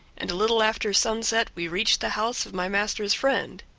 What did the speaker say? and a little after sunset we reached the house of my master's friend.